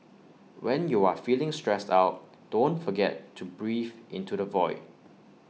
when you are feeling stressed out don't forget to breathe into the void